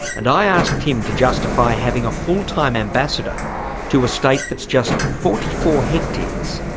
and i asked tim to justify having a full-time ambassador to a state that's just forty four hectares,